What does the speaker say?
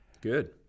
good